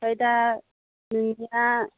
ओमफ्राय दा नोंनिया